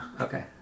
Okay